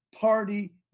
Party